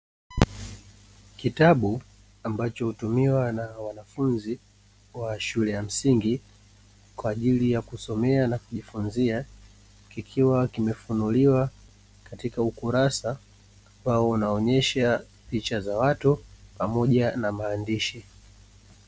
Kitabu ambacho hutumiwa na wanafunzi wa shule ya msingi kwa ajili ya kusomea na kujifunzia, kikiwa kimefunuliwa katika ukurasa ambao unaonyesha picha za watu pamoja na maandishi.